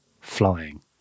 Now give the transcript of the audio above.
flying